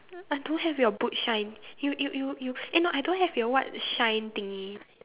I don't have your boot shine you you you you eh no I don't have your what shine thingy